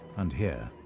and here,